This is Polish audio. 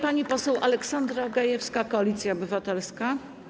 Pani poseł Aleksandra Gajewska, Koalicja Obywatelska.